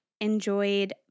enjoyed